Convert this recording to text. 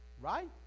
right